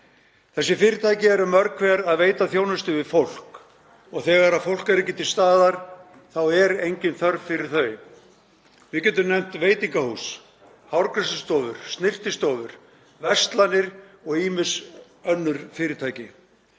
Þessi fyrirtæki eru mörg hver að veita þjónustu við fólk og þegar fólk er ekki til staðar þá er engin þörf fyrir þau. Við getum nefnt veitingahús, hárgreiðslustofur, snyrtistofur, verslanir og ýmis önnur fyrirtæki.